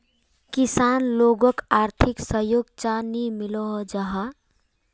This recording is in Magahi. किसान लोगोक आर्थिक सहयोग चाँ नी मिलोहो जाहा?